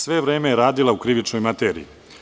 Sve vreme je radila u krivičnoj materija.